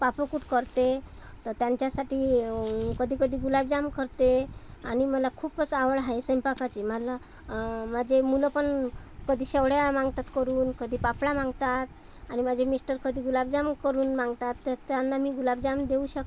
पापडकुट करते त्यांच्यासाठी कधी कधी गुलाबजाम करते आणि मला खूपच आवड आहे स्वैंपाकाची मला माझे मुलंपन कधी शेवड्या मागतात करून कधी पापळ्या मागतात आणि माझे मिष्टर कधी गुलाबजाम करून मागतात तर त्यांना मी गुलाबजाम देऊ शकते